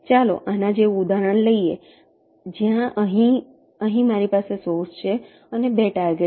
ચાલો આના જેવું ઉદાહરણ લઈએ જ્યાં અહીં અહીં મારી પાસે સોર્સ છે અને 2 ટાર્ગેટ છે